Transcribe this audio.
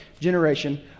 generation